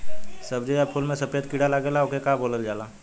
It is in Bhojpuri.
सब्ज़ी या फुल में सफेद कीड़ा लगेला ओके का बोलल जाला?